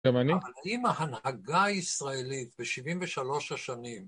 אבל אם ההנהגה הישראלית בשבעים ושלוש השנים